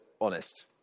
honest